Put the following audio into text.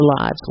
lives